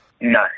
No